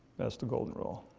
that's the golden rule.